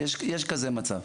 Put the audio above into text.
יש כזה מצב.